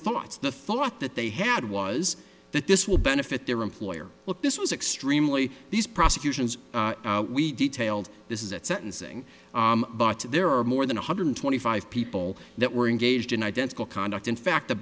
thoughts the thought that they had was that this will benefit their employer look this was extremely these prosecutions we detailed this is at sentencing but there are more than one hundred twenty five people that were engaged in identical conduct in fact the